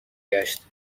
گشت